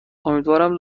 امیدوارم